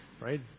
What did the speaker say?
right